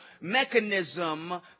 mechanism